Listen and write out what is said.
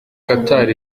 qatar